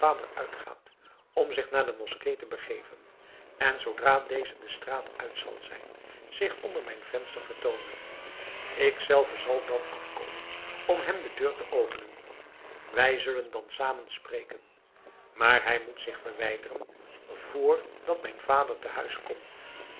uitgaat om zich naar de moskee te begeven en zoodra deze de straat uit zal zijn zich onder mijn venster vertoonen ik zelve zal dan afkomen om hem de deur te openen wij kunnen dan zamen spreken maar hij moet zich verwijderen vr dat mijn vader